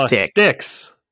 Sticks